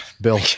Bill